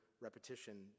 repetition